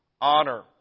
honor